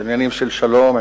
עניינים של שלום,